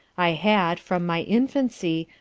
i had, from my infancy,